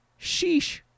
Sheesh